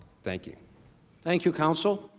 thank you thank you counsel